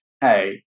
Hey